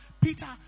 Peter